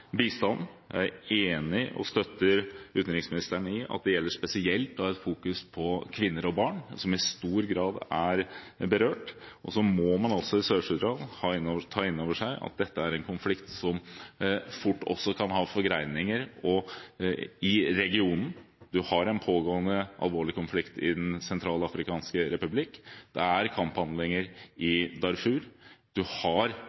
støtter utenriksministeren i at det gjelder spesielt å ha fokus på kvinner og barn, som i stor grad er berørt, og så må man altså for Sør-Sudan ta inn over seg at dette er en konflikt som fort også kan ha forgreininger i regionen. Man har en pågående alvorlig konflikt i Den sentralafrikanske republikk, det er kamphandlinger i Darfur, det har